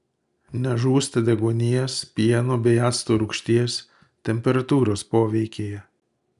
nežūsta deguonies pieno bei acto rūgšties temperatūros poveikyje